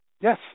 Yes